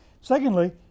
Secondly